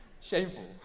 Shameful